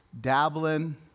dabbling